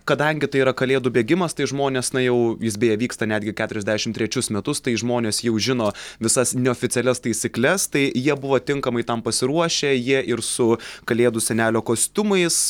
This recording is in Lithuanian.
kadangi tai yra kalėdų bėgimas tai žmonės na jau jis beje vyksta netgi keturiasdešim trečius metus tai žmonės jau žino visas neoficialias taisykles tai jie buvo tinkamai tam pasiruošę jie ir su kalėdų senelio kostiumais